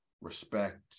respect